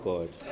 God